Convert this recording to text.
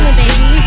baby